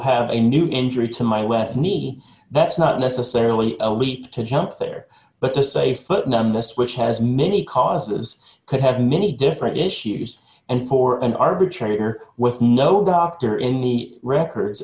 have a new injury to my west knee that's not necessarily a leap to jump there but to say foot numbness which has many causes could have many different issues and poor and i arbitrator with no doctor in the records